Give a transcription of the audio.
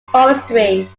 forestry